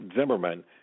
Zimmerman